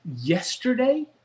yesterday